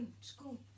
school